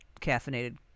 caffeinated